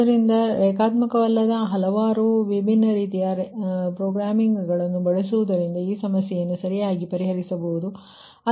ಆದ್ದರಿಂದ ರೇಖಾತ್ಮಕವಲ್ಲದ ಹಲವಾರು ವಿಭಿನ್ನ ರೀತಿಯ ರೇಖಾತ್ಮಕವಲ್ಲದ ಪ್ರೋಗ್ರಾಮಿಂಗ್ಗಳನ್ನು ಬಳಸುವುದರಿಂದ ಈ ಸಮಸ್ಯೆಯನ್ನು ಸರಿಯಾಗಿ ಪರಿಹರಿಸಬಹುದು